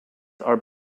are